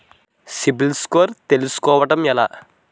CIBIL score తెల్సుకోటం ఎలా?